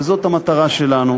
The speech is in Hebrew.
וזו המטרה שלנו.